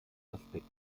aspekt